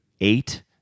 eight